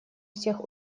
всех